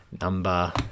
Number